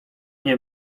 nie